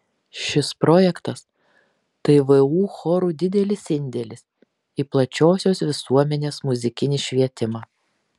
šis projektas tai vu chorų didelis indėlis į plačiosios visuomenės muzikinį švietimą